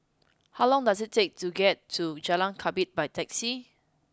how long does it take to get to Jalan Ketumbit by taxi